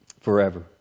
forever